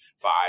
five